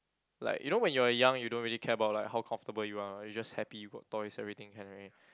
like you know when you are young you don't really care about like how comfortable you are you just happy work toys everything can already